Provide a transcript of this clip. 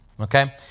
Okay